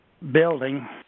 building